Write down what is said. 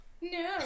No